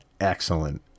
excellent